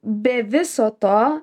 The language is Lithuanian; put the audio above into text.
be viso to